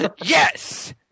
Yes